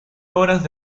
horas